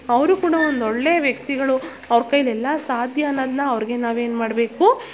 ಅವರು ಕೂಡ ಒಂದು ಒಳ್ಳೆ ವ್ಯಕ್ತಿಗಳು ಅವ್ರ ಕೈಲಿ ಎಲ್ಲಾ ಸಾಧ್ಯ ಅನ್ನದನ್ನ ಅವ್ರಿಗೆ ನಾವೇನುಮಾಡ್ಬೇಕು